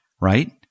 right